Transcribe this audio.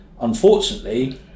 unfortunately